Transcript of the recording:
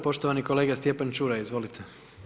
Poštovani kolega Stjepan Čuraj, izvolite.